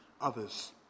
others